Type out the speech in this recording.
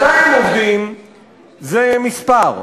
200 עובדים זה מספר,